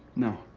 no.